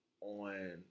on